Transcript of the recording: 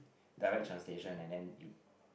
direct translation and then it